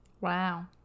Wow